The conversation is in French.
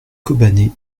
kobané